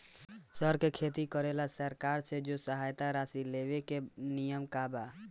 सर के खेती करेला सरकार से जो सहायता राशि लेवे के का नियम बा?